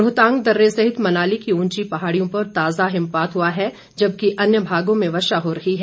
रोहतांग दर्रे सहित मनाली की ऊंची पहाड़ियों पर ताजा हिमपात हुआ है जबकि अन्य भागों में वर्षा हो रही है